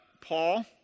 Paul